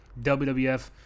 WWF